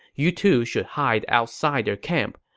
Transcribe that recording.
you two should hide outside their camp.